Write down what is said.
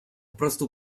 prostu